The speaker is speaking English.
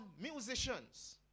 musicians